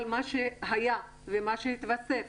אבל מה שהיה ומה שהתווסף